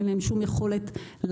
אין להם שום יכולת להרוויח,